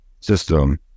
system